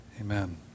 Amen